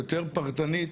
יותר פרטנית.